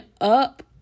up